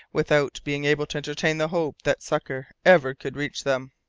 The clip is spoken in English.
without being able to entertain the hope that succour ever could reach them!